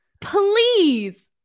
please